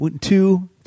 two